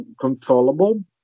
controllable